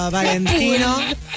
Valentino